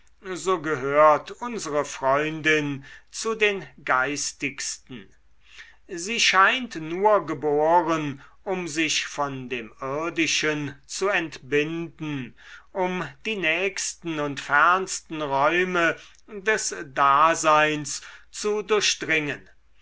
so gehört unsere freundin zu den geistigsten sie scheint nur geboren um sich von dem irdischen zu entbinden um die nächsten und fernsten räume des daseins zu durchdringen